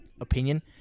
opinion